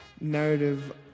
narrative